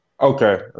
Okay